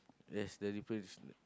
that's the difference